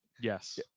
Yes